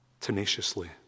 tenaciously